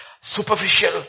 Superficial